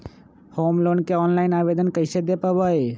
Home loan के online आवेदन कैसे दें पवई?